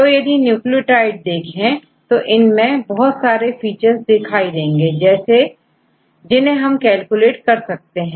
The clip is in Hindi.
तो यदि न्यूक्लियोटाइड्स देखें तो इनमें बहुत सारे फीचर्स दिखाई देंगे जिन्हें हमकैलकुलेट कर सकते हैं